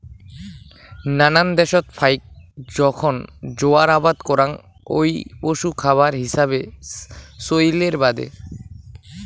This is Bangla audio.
নানান দ্যাশত ফাইক জোখন জোয়ার আবাদ করাং হই পশু খাবার হিছাবে চইলের বাদে